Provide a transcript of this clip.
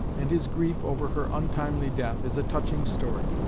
and his grief over her untimely death, is a touching story.